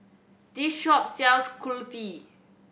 this shop sells Kulfi